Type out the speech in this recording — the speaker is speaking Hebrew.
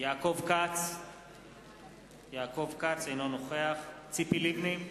יעקב כץ אינו נוכח ציפי לבני,